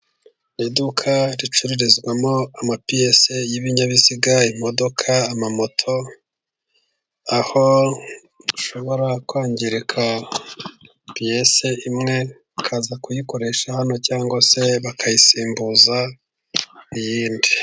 Ni iduka ricururizwamo ama piyesi y'ibinyabiziga imodoka, amamoto, aho hashobora kwangirika piyese imwe bakaza kuyikoresha hano cyangwa se bakayisimbuza iyindi.